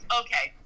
okay